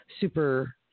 super